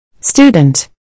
Student